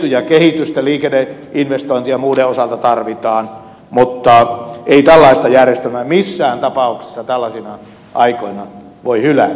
tiettyä kehitystä liikenneinvestointien ja muiden osalta tarvitaan mutta ei tällaista järjestelmää missään tapauksissa tällaisina aikoina voi hylätä